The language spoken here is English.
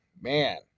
man